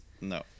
No